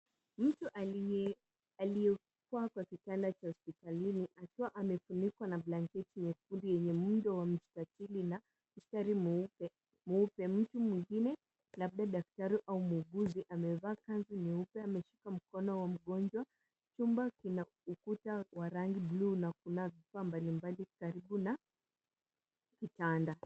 Mtu aliye- aliyekuwa kwa kitanda hospitalini akiwa amefunikwa na blanketi nyekundu yenye muundo wa mstatili mstari mweupe- mweupe. Mtu mwingine labda daktari au muuguzi amevaa kanzu nyeupe ameshika mkono wa mgonjwa. Chumba kina ukuta wa rangi bluu na kuna vifaa mbalimbali karibu na kitanda.